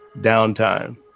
downtime